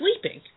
sleeping